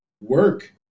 work